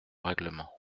règlement